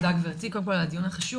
תודה גברתי, קודם כל, על הדיון החשוב.